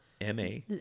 M-A